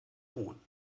hohn